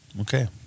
Okay